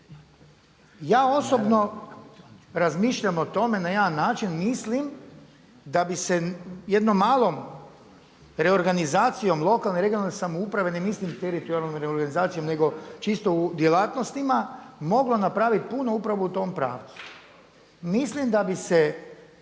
Ja osobno razmišljam o tome na jedan način, mislim da bi se jednom malom reorganizacijom lokalne i regionalne samouprave, ne mislim teritorijalnom reorganizacijom nego čisto u djelatnostima moglo napraviti puno upravo u tom pravcu. Mislim da bi se